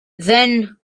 then